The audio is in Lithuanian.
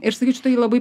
ir sakyčiau tokį labai